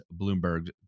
Bloomberg